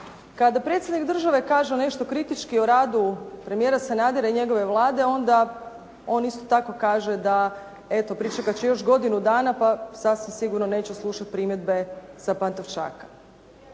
Kada predsjednik države kaže nešto kritički o radu premijera Sanadera i njegove Vlade, onda on isto tako kaže da, eto pričekati će još godinu dana pa sasvim sigurno neće slušati primjedbe sa Pantovčaka.